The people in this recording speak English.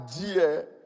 dear